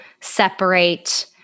separate